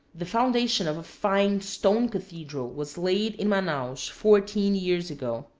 the foundation of a fine stone cathedral was laid in manaos fourteen years ago,